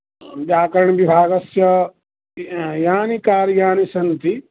व्याकरणविभागस्य यानि कार्याणि सन्ति